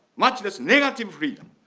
much less negative freedom,